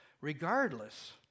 Regardless